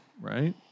right